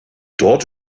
dort